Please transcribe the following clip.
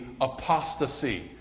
apostasy